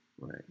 Right